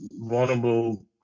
vulnerable